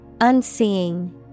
Unseeing